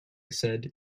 said